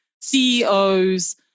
CEOs